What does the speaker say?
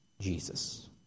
Jesus